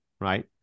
Right